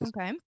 Okay